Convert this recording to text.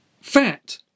fat